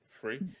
free